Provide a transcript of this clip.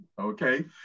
okay